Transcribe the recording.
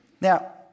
Now